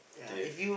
okay